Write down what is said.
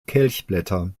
kelchblätter